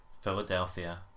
Philadelphia